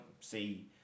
see